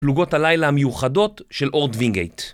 פלוגות הלילה המיוחדות של אורט וינגייט